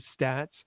stats